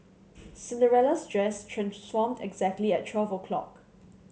Cinderella's dress transformed exactly at twelve o' clock